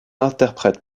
interprète